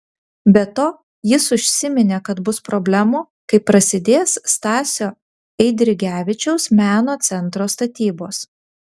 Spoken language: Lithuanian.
be to jis užsiminė kad bus problemų kai prasidės stasio eidrigevičiaus meno centro statybos